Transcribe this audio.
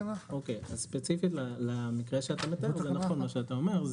אז ספציפית למקרה שאתה מתאר זה נכון מה שאתה אומר.